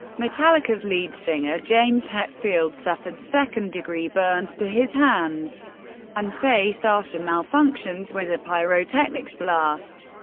metallica's lead singer james hetfield suffered second degree burns to his hands and face after malfunctions with a pyrotechnics blast.